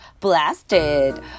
Blasted